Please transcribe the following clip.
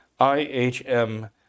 IHM